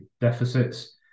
deficits